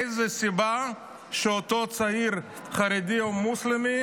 איזו סיבה יש שאותו צעיר חרדי או מוסלמי